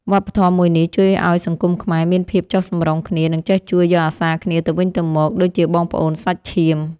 វប្បធម៌មួយនេះជួយឱ្យសង្គមខ្មែរមានភាពចុះសម្រុងគ្នានិងចេះជួយយកអាសារគ្នាទៅវិញទៅមកដូចជាបងប្អូនសាច់ឈាម។